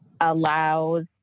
allows